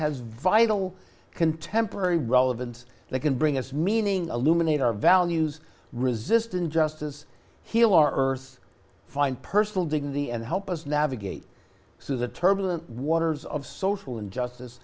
has vital contemporary relevance that can bring us meaning illuminated our values resistent justice heal our earth find personal dignity and help us navigate this is a turbulent waters of social injustice